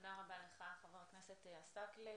תודה רבה לך, חבר הכנסת עסאקלה.